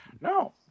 no